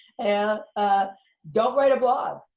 and don't write a blog.